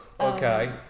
Okay